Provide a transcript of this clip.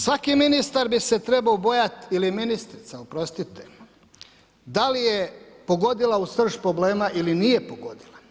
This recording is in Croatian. Svaki ministar bi se trebao bojati ili ministrica, oprostite, da li je pogodila u srž problema ili nije pogodila.